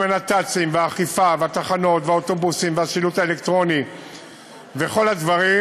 עם הנת"צים והאכיפה והתחנות והאוטובוסים והשילוט האלקטרוני וכל הדברים,